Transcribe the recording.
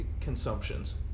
consumptions